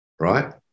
right